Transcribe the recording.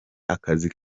akazi